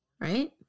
right